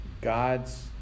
God's